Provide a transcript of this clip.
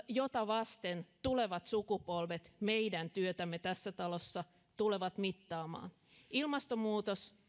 jota vasten tulevat sukupolvet meidän työtämme tässä talossa tulevat mittaamaan ilmastonmuutos